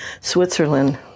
Switzerland